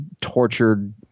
tortured